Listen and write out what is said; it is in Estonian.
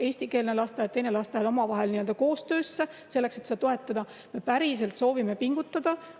eestikeelne lasteaed ja teine lasteaed omavahel koostöösse, selleks et seda toetada. Me päriselt soovime pingutada